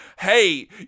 Hey